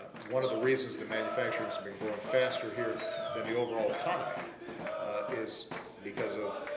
one of the reasons the manufacturing has been growing faster here than the overall economy is because of